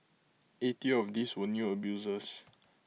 eighty of these were new abusers